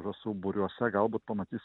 žąsų būriuose galbūt pamatys